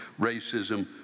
racism